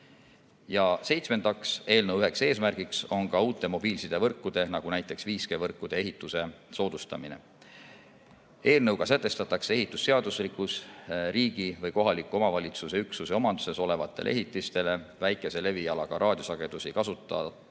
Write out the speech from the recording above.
Ja seitsmendaks, eelnõu üks eesmärk on uute mobiilsidevõrkude, nagu näiteks 5G‑võrkude ehituse soodustamine. Eelnõuga sätestatakse ehitusseadustikus riigi või kohaliku omavalitsuse üksuse omanduses olevate ehitiste, väikese levialaga raadiosagedusi kasutavate